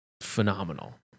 phenomenal